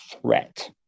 threat